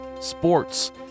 sports